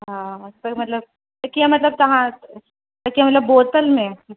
हा त मतिलबु त कीअं मतिलबु तव्हां त कीअं मतिलबु बोतल में